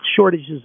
shortages